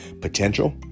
Potential